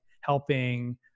helping